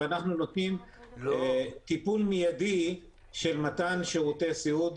ואנחנו נותנים טיפול מיידי של מתן שירותי סיעוד.